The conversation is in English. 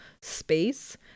space